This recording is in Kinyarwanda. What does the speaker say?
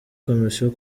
komisiyo